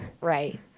right